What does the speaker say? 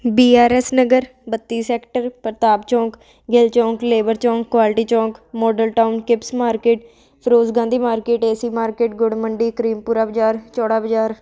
B R S Nagar ਬੱਤੀ sector Pratap Chowk Gill Chowk labour Chowk quality Chowk model town Kipps market Firoz Gandhi market A C market Gur Mandi Karimpura Bazaar Chaura ਬਾਜ਼ਾਰ